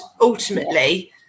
ultimately